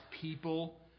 people